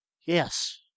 Yes